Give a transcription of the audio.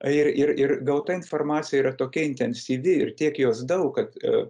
ir ir gauta informacija yra tokia intensyvi ir tiek jos daug kad e